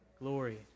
glory